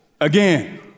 Again